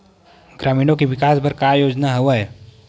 ग्रामीणों के विकास बर का योजना हवय?